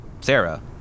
Sarah